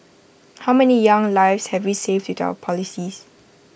how many young lives have we saved with our policies